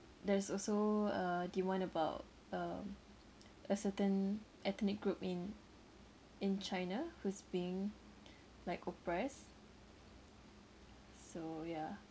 there's also uh the one about um a certain ethnic group in in China who's being like oppressed so yeah